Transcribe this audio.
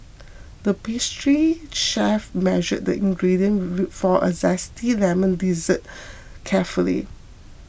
the pastry chef measured the ingredients for a Zesty Lemon Dessert carefully